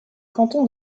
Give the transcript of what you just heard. canton